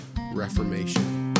reformation